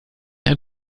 ein